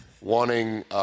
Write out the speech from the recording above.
Wanting –